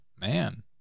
man